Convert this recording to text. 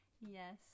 Yes